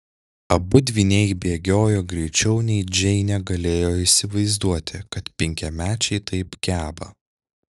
abu dvyniai bėgiojo greičiau nei džeinė galėjo įsivaizduoti kad penkiamečiai taip geba